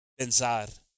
pensar